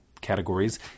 categories